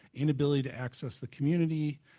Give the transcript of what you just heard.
inability to access the community,